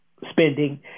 spending